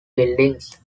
buildings